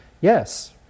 Yes